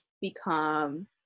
become